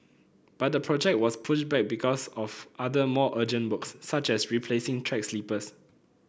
but the project was pushed back because of other more urgent works such as replacing track sleepers